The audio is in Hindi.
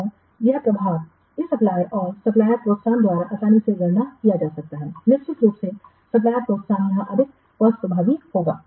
और यह प्रभार इस सप्लायरऔर सप्लायरप्रोत्साहन द्वारा आसानी से गणना किया जा सकता है निश्चित रूप से सप्लायरप्रोत्साहन यहाँ अधिक कॉस्टप्रभावी होगा